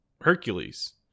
Hercules